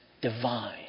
divine